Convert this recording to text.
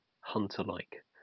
hunter-like